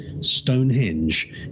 Stonehenge